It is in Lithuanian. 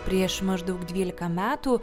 prieš maždaug dvylika metų